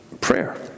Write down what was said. prayer